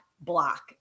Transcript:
block